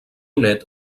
nét